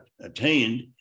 attained